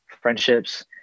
friendships